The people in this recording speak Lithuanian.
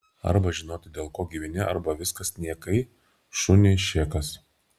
arba žinoti dėl ko gyveni arba viskas niekai šuniui šėkas